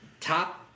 top